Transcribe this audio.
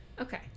okay